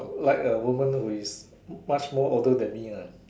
like a woman with much more older than me lah